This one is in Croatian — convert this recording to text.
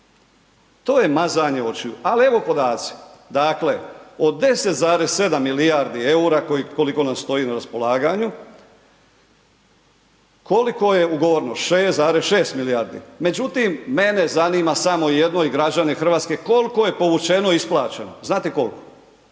to je mazanje očiju, ali evo podaci. Dakle, od 10,7 milijardi EUR-a koliko nam stoji na raspolaganju, koliko je ugovoreno, 6,6 milijardi, međutim, mene zanima samo jedno i građane RH koliko je povučeno i isplaćeno? Znate koliko?